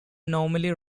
normally